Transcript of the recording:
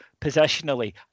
positionally